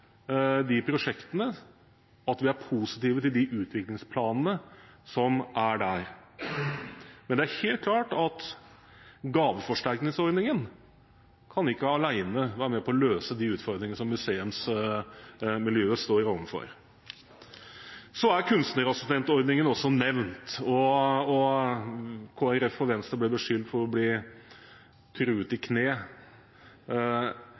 de prosjektene, at vi er positive til de utviklingsplanene som er der. Men det er helt klart at gaveforsterkningsordningen kan ikke alene være med på å løse de utfordringene som museumsmiljøet står overfor. Kunstnerassistentordningen er også nevnt, og Kristelig Folkeparti og Venstre ble beskyldt for å bli truet i